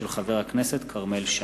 של חבר הכנסת כרמל שאמה.